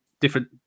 different